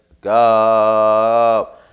go